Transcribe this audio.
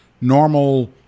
normal